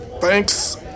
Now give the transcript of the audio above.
Thanks